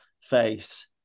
face